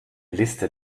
liste